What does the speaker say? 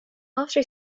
after